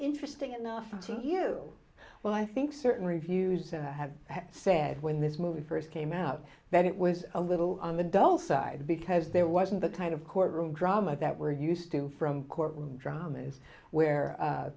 interesting enough to you well i think certain reviews have said when this movie first came out that it was a little on the dull side because there wasn't the kind of courtroom drama that we're used to from courtroom dramas where